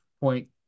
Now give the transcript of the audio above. point